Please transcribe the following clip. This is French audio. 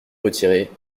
retirer